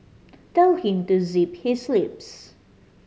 tell him to zip his lips